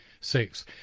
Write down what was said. six